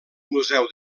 museu